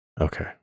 Okay